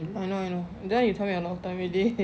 I know I know that one you tell me a long time already